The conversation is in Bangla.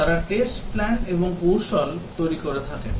তারা test plan এবং কৌশল তৈরি করে থাকেন